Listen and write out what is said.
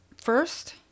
First